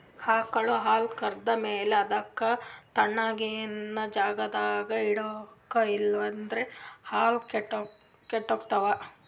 ಆಕಳ್ ಹಾಲ್ ಕರ್ದ್ ಮ್ಯಾಲ ಅದಕ್ಕ್ ತಣ್ಣಗಿನ್ ಜಾಗ್ದಾಗ್ ಇಡ್ಬೇಕ್ ಇಲ್ಲಂದ್ರ ಹಾಲ್ ಕೆಡ್ತಾವ್